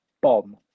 bomb